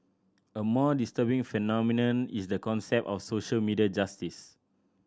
a more disturbing phenomenon is the concept of social media justice